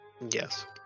Yes